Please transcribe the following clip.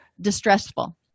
distressful